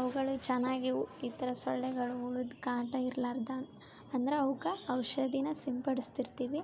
ಅವ್ಗಳು ಚೆನ್ನಾಗಿವು ಈ ಥರ ಸೊಳ್ಳೆಗಳು ಹುಳುದ ಕಾಟ ಇರ್ಲಾರದ ಅಂದ್ರ ಅವಕ್ಕ ಔಷಧಿನ ಸಿಂಪಡಿಸ್ತಿರ್ತೀವಿ